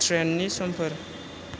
ट्रेननि समफोर